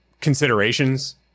considerations